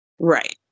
Right